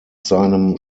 seinem